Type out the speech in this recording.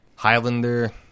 highlander